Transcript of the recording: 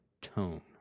tone